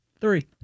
Three